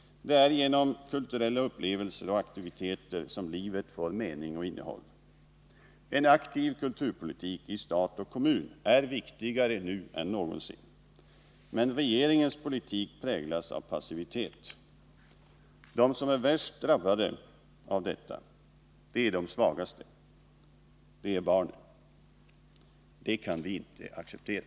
Det är genom kulturella upplevelser och aktiviteter som livet får mening och innehåll. En aktiv kulturpolitik i stat och kommun är viktigare nu än någonsin — men regeringens politik präglas av passivitet. De som är värst drabbade av detta är de svagaste — det är barnen. Det kan vi inte acceptera.